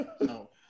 No